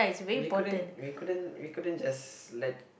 we couldn't we couldn't we couldn't just let